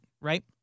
right